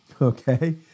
Okay